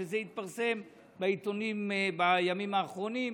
וזה התפרסם בעיתונים בימים האחרונים,